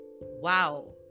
Wow